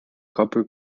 copper